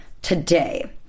Today